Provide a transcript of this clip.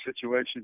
situation